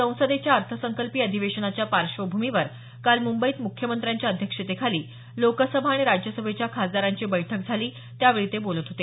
संसदेच्या अर्थसंकल्पीय अधिवेशनाच्या पार्श्वभूमीवर काल मुंबईत मुख्यमंत्र्यांच्या अध्यक्षतेखाली लोकसभा आणि राज्यसभेच्या खासदारांची बैठक झाली त्यावेळी ते बोलत होते